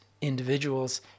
individuals